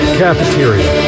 cafeteria